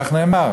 כך נאמר,